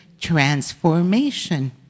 transformation